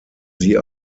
sie